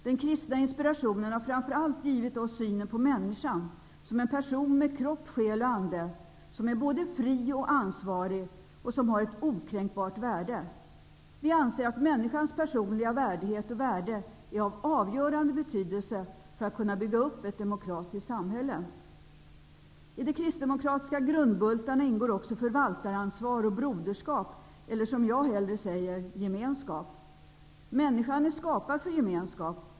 Den kristna inspirationen har framför allt givit oss synen på människan som en person med kropp, själ och ande, som är både fri och ansvarig, och som har ett okränkbart värde. Vi anser att människans personliga värdighet och värde är av avgörande betydelse för att kunna bygga upp ett demokratiskt samhälle. I de kristdemokratiska grundbultarna ingår också förvaltaransvar och broderskap, eller som jag hellre säger: gemenskap. Människan är skapad för gemenskap.